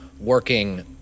working